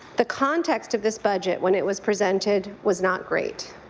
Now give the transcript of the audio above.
the context of this budget when it was presented was not great.